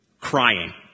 crying